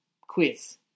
quiz